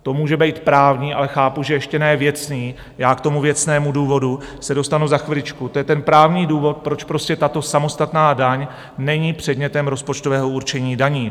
To může být právní ale chápu, že ještě ne věcný, já se k tomu věcnému důvodu dostanu za chviličku to je ten právní důvod, proč tato samostatná daň není předmětem rozpočtového určení daní.